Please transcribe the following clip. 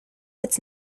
its